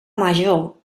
major